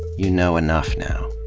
you know enough now.